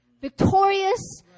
victorious